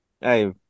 Hey